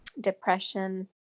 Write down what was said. depression